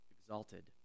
exalted